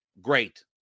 great